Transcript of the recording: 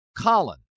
Colin